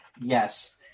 Yes